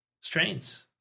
strains